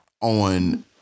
on